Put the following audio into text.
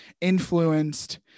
influenced